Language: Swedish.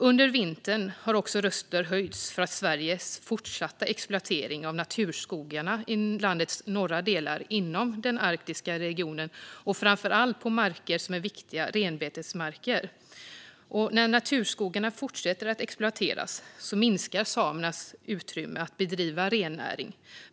Under vintern har också röster höjts för Sveriges fortsatta exploatering av naturskogarna i landets norra delar inom den arktiska regionen och framför allt på marker som är viktiga renbetesmarker. När naturskogarna fortsätter att exploateras minskar samernas utrymme att bedriva rennäring.